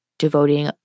devoting